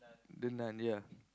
the Nun ya